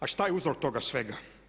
A šta je uzrok toga svega?